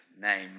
name